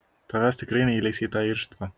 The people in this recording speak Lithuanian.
tavęs tikrai neįleis į tą irštvą